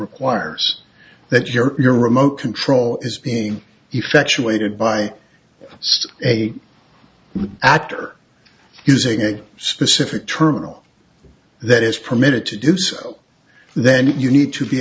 requires that your your remote control is being effectuated by a new actor using a specific terminal that is permitted to do so then you need to be